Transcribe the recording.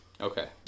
Okay